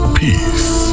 peace